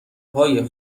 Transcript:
های